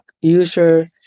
user